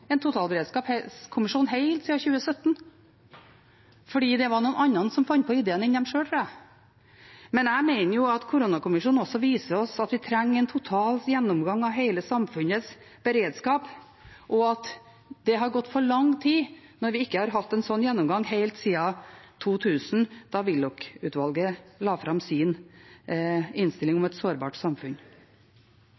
en totalberedskapskommisjon helt siden 2017 – fordi det var noen andre som kom på den ideen enn de selv, tror jeg. Men jeg mener at koronakommisjonen også viser oss at vi trenger en total gjennomgang av hele samfunnets beredskap, og at det har gått for lang tid når vi ikke har hatt en slik gjennomgang helt siden 2000, da Willoch-utvalget la fram sin innstilling